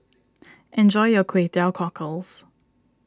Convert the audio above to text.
enjoy your Kway Teow Cockles